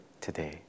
today